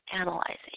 analyzing